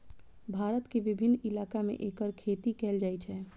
भारत के विभिन्न इलाका मे एकर खेती कैल जाइ छै